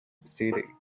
city